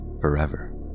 forever